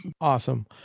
Awesome